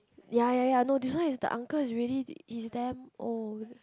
ya ya ya no this one is the uncle is really he damn old